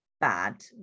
bad